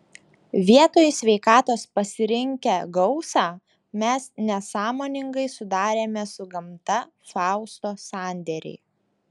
vietoj sveikatos pasirinkę gausą mes nesąmoningai sudarėme su gamta fausto sandėrį